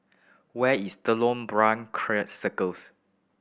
where is Telok Paku Circus